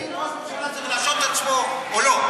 יש כאן שאלה עקרונית: האם ראש ממשלה צריך להשעות את עצמו או לא?